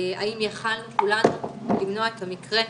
האם יכולנו כולנו למנוע את המקרה,